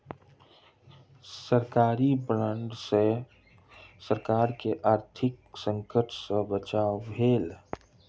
सरकारी बांड सॅ सरकार के आर्थिक संकट सॅ बचाव भेल